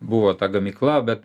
buvo ta gamykla bet